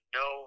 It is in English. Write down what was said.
no